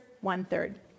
one-third